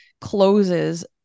closes